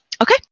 Okay